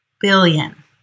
billion